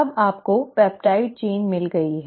अब आपको पेप्टाइड श्रृंखला मिल गई है